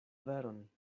veron